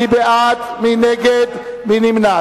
ההסתייגות השנייה: מי בעד, ירים את ידו.